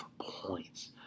points